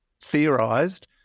theorized